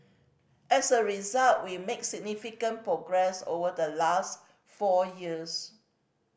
as a result we make significant progress over the last four years